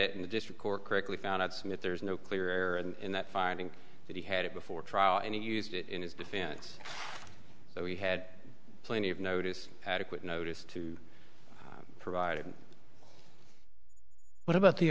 it in the district court correctly found out smith there's no clear error and that finding that he had it before trial and he used it in his defense that we had plenty of notice adequate notice to provide him what about the